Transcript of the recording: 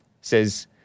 says